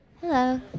Hello